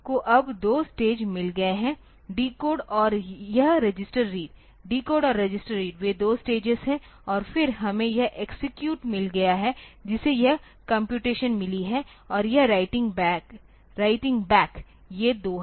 तो डिकोड को अब 2 स्टेज मिल गए हैं डीकोड और यह रजिस्टर रीड डिकोड और रजिस्टर रीड वे 2 स्टेज हैं और फिर हमें यह एक्सेक्यूट मिल गया है जिसे यह कम्प्यूटेशन मिली है और यह राइटिंग बैक ये दो हैं